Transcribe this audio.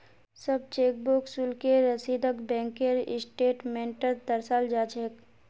सब चेकबुक शुल्केर रसीदक बैंकेर स्टेटमेन्टत दर्शाल जा छेक